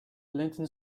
linton